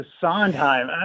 Sondheim